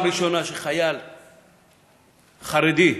הוקם על-ידי חטיבת החקירות במשטרת ישראל צוות עבודה בין-משרדי,